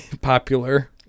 popular